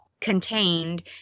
contained